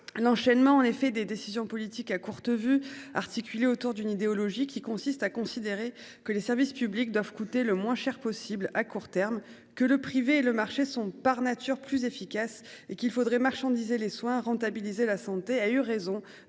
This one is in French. l'enchaînement en effet des décisions politiques à courte vue articulé autour d'une idéologie qui consiste à considérer que les services publics doivent coûter le moins cher possible à court terme que le privé le marché sont par nature plus efficace et qu'il faudrait marchandiser les soins à rentabiliser la santé a eu raison